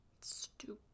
Stupid